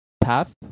path